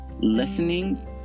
listening